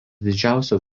didžiausių